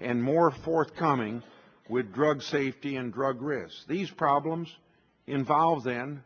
and more forthcoming with drug safety and drug grizz these problems involve then